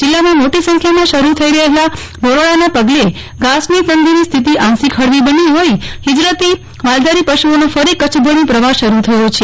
જિલ્લામાં મોટી સંખ્યામાં શરૂ થઈ રફેલા ઢોરવાડાના પગલે ઘાસની તંગીની સ્થિતિ આંશિક ફળવી બની હોઈ ફિઝરતી માલધારી પશુઓનો ફરી કચ્છ ભણી પ્રવાહ્ શરૃ થયો છે